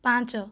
ପାଞ୍ଚ